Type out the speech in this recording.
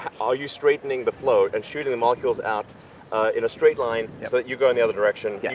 are you straightening the flow, and shooting the molecules out in a straight line, so that you go in the other direction, yeah